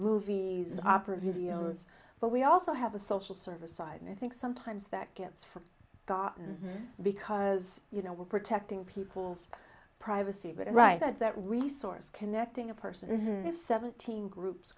movies opera videos but we also have a social services and i think sometimes that gets from gotten because you know we're protecting people's privacy but right said that resource connecting a person of seventeen groups